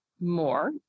more